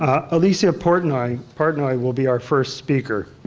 ah alicia partnoy partnoy will be our first speaker.